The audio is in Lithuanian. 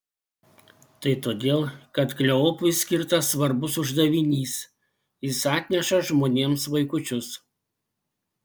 tai todėl kad kleopui skirtas svarbus uždavinys jis atneša žmonėms vaikučius